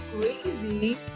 crazy